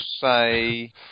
say